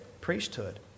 priesthood